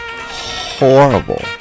Horrible